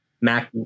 mac